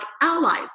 allies